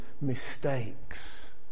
mistakes